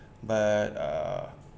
but uh